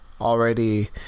Already